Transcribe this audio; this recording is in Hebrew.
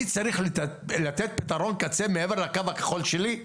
אני צריך לתת פתרון קצה מעבר לקו הכחול שלי,